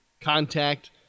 contact